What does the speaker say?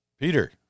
Peter